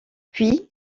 puis